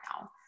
now